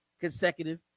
consecutive